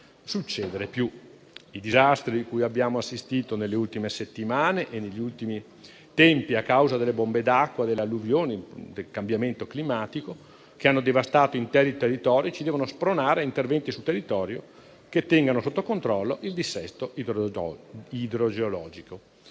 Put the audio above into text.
succedere più. I disastri cui abbiamo assistito nelle ultime settimane e negli ultimi tempi, a causa delle bombe d'acqua, delle alluvioni, del cambiamento climatico che hanno devastato interi territori, ci devono spronare a interventi sul territorio, che tengano sotto controllo il dissesto idrogeologico.